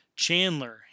Chandler